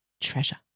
treasure